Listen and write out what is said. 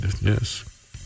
yes